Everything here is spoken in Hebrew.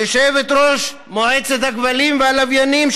ליושבת-ראש מועצת הכבלים והלוויינים,